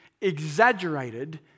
exaggerated